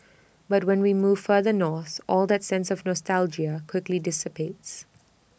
but when we move further north all that sense of nostalgia quickly dissipates